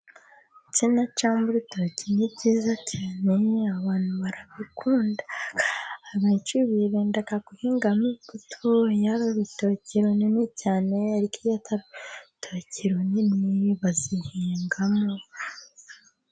Insina cyangwa urutoki ni byiza cyane， abantu barabikunda， abenshi birinda guhingamo imbuto，iyo ari urutoki runini cyane，ariko iyo atari urutoki runini, bazihingamo.